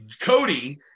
Cody